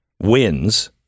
wins